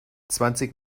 zwanzig